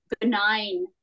benign